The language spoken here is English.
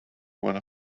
one